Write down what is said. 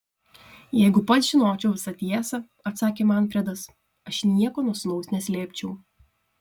jeigu pats žinočiau visą tiesą atsakė manfredas aš nieko nuo sūnaus neslėpčiau